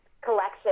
collection